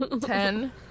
Ten